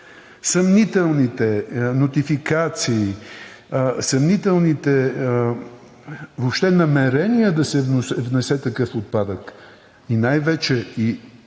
съмнителните нотификации, съмнителните въобще намерения да се внесе такъв отпадък и най вече